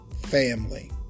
family